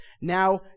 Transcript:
Now